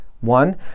one